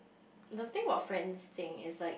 the thing about friends thing is like